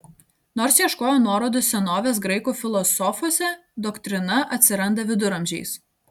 nors ieškojo nuorodų senovės graikų filosofuose doktrina atsiranda viduramžiais